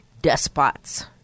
despots